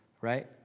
right